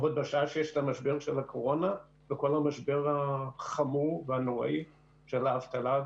ועוד בשעה שיש את המשבר של הקורונה והמשבר החמור והנוראי של האבטלה?